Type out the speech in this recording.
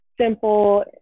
simple